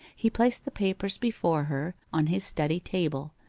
he placed the papers before her on his study table,